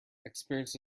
experience